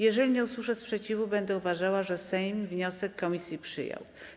Jeżeli nie usłyszę sprzeciwu, będę uważała, że Sejm wniosek komisji przyjął.